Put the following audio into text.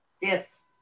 yes